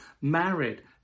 married